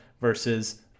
versus